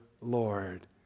Lord